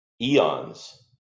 eons